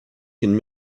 can